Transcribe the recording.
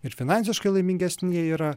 ir finansiškai laimingesni jie yra